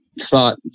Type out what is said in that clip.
thought